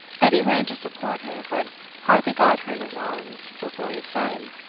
edie ran to support her, but hardly got her in his arms, before he said,